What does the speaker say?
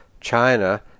China